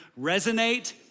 Resonate